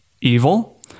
evil